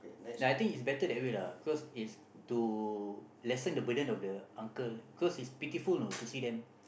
ya I think it's better that way lah cause it's to lessen the burden of the uncle cause he's pitiful know to see them